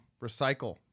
Recycle